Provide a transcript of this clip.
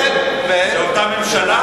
זו אותה ממשלה?